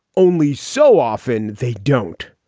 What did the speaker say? only so often they don't.